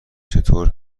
چطور